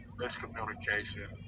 miscommunication